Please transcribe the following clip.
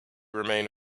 remain